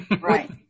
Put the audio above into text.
Right